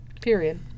Period